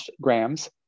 grams